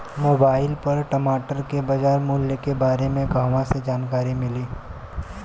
Mobile पर टमाटर के बजार मूल्य के बारे मे कहवा से जानकारी मिली?